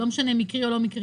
לא משנה אם מקרי או לא מקרי,